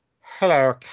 Hello